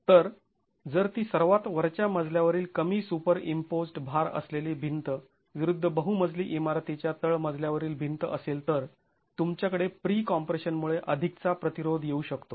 तर जर ती सर्वात वरच्या मजल्यावरील कमी सुपरईम्पोज्ड् भार असलेली भिंत विरुद्ध बहुमजली इमारतीच्या तळमजल्यावरील भिंत असेल तर तुमच्याकडे प्रीकॉम्प्रेशन मुळे अधिकचा प्रतिरोध येऊ शकतो